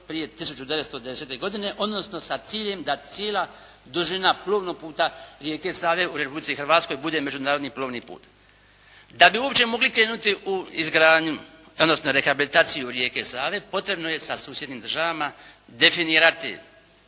prije 1990. godine odnosno sa ciljem da cijela dužina plovnog puta rijeke Save u Republici Hrvatskoj bude međunarodni plovni put. Da bi uopće mogli krenuti u izgradnju odnosno rehabilitaciju rijeke Save potrebno je sa susjednim državama definirati